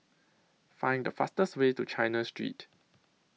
Find The fastest Way to China Street